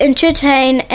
Entertain